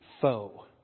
foe